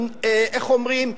איך אומרים,